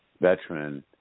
veteran